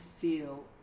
feel